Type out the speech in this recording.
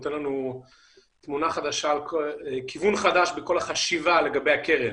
הוא נותן לנו כיוון חדש בכל החשיבה לגבי הקרן.